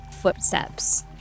footsteps